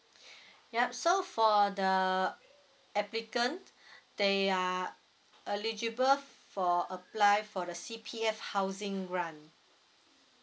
ya so for the applicant they are eligible for apply for the C_P_F housing grant